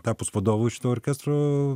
tapus vadovu šito orkestro